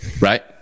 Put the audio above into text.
Right